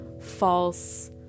false